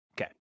Okay